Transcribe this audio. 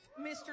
Mr